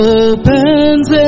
opens